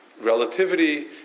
relativity